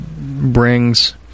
brings